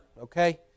okay